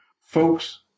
Folks